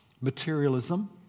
Materialism